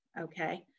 okay